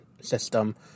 system